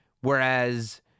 Whereas